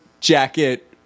jacket